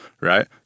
right